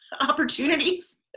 opportunities